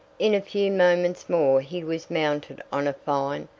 in a few moments more he was mounted on a fine,